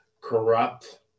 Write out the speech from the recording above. corrupt